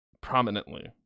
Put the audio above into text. prominently